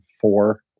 four